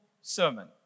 sermon